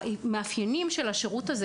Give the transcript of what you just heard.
המאפיינים של שירות זה,